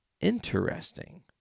Interesting